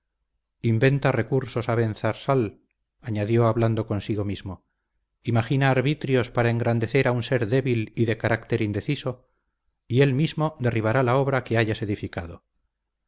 inventa recursos abenzarsal añadió hablando consigo mismo imagina arbitrios para engrandecer a un ser débil y de carácter indeciso y él mismo derribará la obra que hayas edificado